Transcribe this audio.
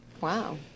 Wow